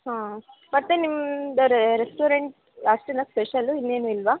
ಹಾಂ ಮತ್ತು ನಿಮ್ದು ರೆಸ್ಟೋರೆಂಟ್ ಅಷ್ಟೇನಾ ಸ್ಪೆಷಲ್ಲು ಇನ್ನೇನೂ ಇಲ್ಲವಾ